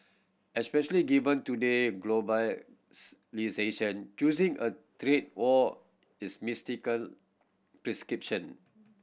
especially given today globalisation choosing a trade war is mistaken prescription